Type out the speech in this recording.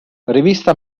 rivista